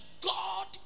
God